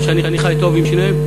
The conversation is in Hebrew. אמרתי לך שאני חי טוב עם שניהם?